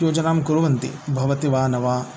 योजनां कुर्वन्ति भवति वा न वा